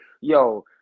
yo